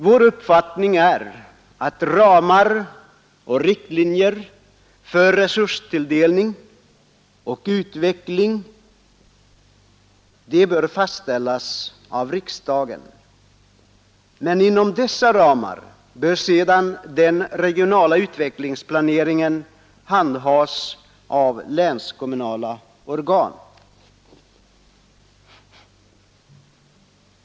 Vår uppfattning är att ramar och riktlinjer för resurstilldelning och utveckling bör fastställas av riksdagen. Men inom dessa ramar bör sedan den regionala utvecklingsplaneringen handhas av länskommunala organ.